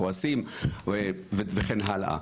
כועסים וכן הלאה.